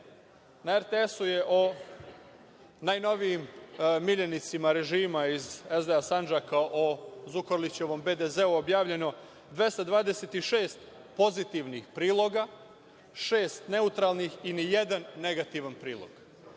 na RTS-u je o najnovijim miljenicima režima iz SDA Sandžaka o Zukorlićevom BDZ-u objavljeno je 226 pozitivnih priloga, šest neutralnih i nijedan negativan